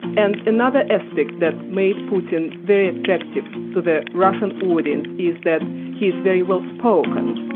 and another aspect that made putin very attractive to the russian audience is that he is very well spoken,